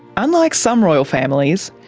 unlike some royal families,